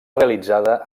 realitzada